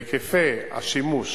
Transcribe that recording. בהיקפי השימוש